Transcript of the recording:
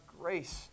grace